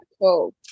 cool